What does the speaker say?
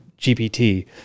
GPT